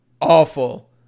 awful